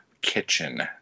kitchen